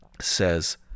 Says